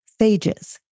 phages